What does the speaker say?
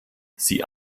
sie